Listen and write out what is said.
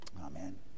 Amen